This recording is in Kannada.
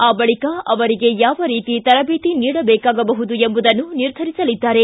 ಆ ಬಳಿಕ ಅವರಿಗೆ ಯಾವ ರೀತಿ ತರಬೇತಿ ನೀಡಬೇಕಾಗಬಹುದು ಎಂಬುದನ್ನು ನಿರ್ಧರಿಸಲಿದ್ದಾರೆ